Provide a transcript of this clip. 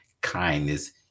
kindness